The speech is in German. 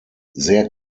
sehr